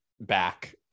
back